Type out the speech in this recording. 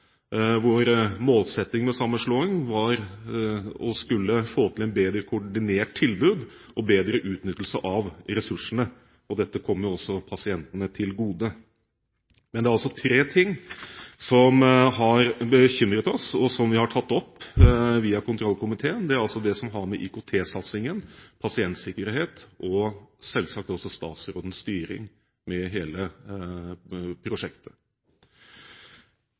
Vår målsetting med sammenslåing var å skulle få til et bedre koordinert tilbud og bedre utnyttelse av ressursene, og dette kommer også pasientene til gode. Det er imidlertid tre ting som har bekymret oss, og som vi har tatt opp via kontrollkomiteen. Det er det som har å gjøre med IKT-satsingen, pasientsikkerhet og selvsagt også statsrådens styring med hele prosjektet.